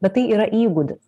bet tai yra įgūdis